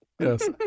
Yes